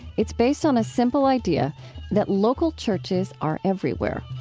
it's based on a simple idea that local churches are everywhere,